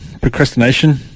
procrastination